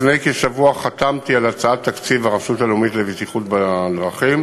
לפני כשבוע חתמתי על הצעת תקציב הרשות הלאומית לבטיחות בדרכים